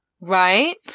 Right